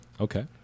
Okay